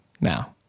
Now